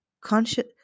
conscious